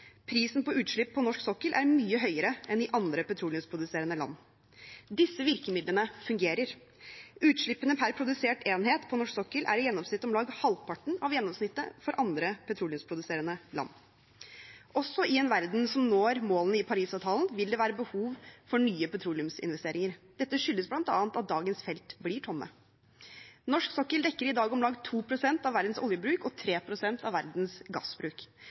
Prisen på utslipp på norsk sokkel er mye høyere enn i andre petroleumsproduserende land. Disse virkemidlene fungerer. Utslippene per produsert enhet på norsk sokkel er i gjennomsnitt om lag halvparten av gjennomsnittet for andre petroleumsproduserende land. Også i en verden som når målene i Parisavtalen, vil det være behov for nye petroleumsinvesteringer. Dette skyldes bl.a. at dagens felt blir tomme. Norsk sokkel dekker i dag om lag 2 pst. av verdens oljebruk og 3 pst. av verdens gassbruk.